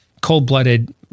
cold-blooded